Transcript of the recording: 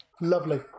Lovely